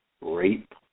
rape